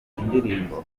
indirimbo